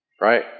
right